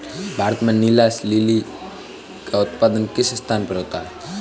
भारत में नीला लिली का उत्पादन किस स्थान पर होता है?